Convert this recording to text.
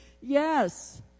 Yes